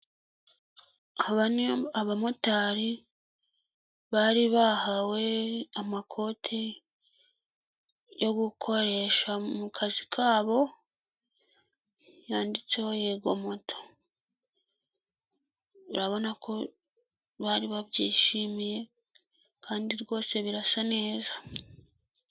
Aba ni abamotari bari bahawe amakote yo gukoresha mu kazi kabo yanditseho yego moto urabona ko bari babyishimiye kandi rwose birasa neza.